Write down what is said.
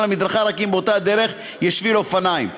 על מדרכה רק אם באותה דרך יש שביל אופניים,